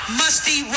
musty